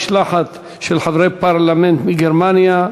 משלחת של חברי פרלמנט מגרמניה,